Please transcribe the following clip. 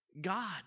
God